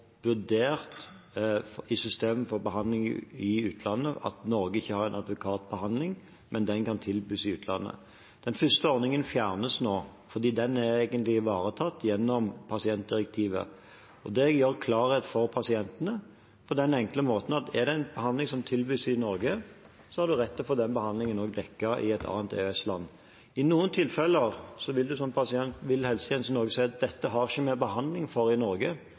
vurdert at Norge ikke har en adekvat behandling, men den kan tilbys i utlandet. Den første ordningen fjernes nå fordi den egentlig er ivaretatt gjennom pasientdirektivet. Det gir klarhet for pasientene på den enkle måten at om det er en behandling som tilbys i Norge, har man rett til å få den behandlingen dekket i et annet EØS-land. I noen tilfeller vil helsetjenesten i Norge si til pasienten at dette har vi ikke behandling for i Norge,